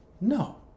No